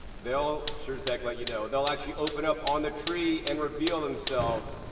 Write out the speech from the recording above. they'll sure as heck let you know. they'll actually open up on the tree and reveal themselves.